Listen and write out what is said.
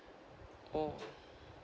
oh